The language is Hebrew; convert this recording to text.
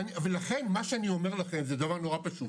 ולכן מה שאני אומר לכם זה דבר נורא פשוט,